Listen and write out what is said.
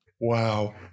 Wow